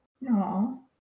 no